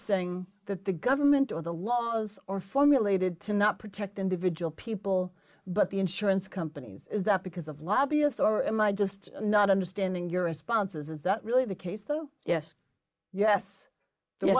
saying that the government or the laws or formulated to not protect individual people but the insurance companies is that because of lobbyist or am i just not understanding your responses is that really the case though yes yes